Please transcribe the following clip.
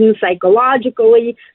psychologically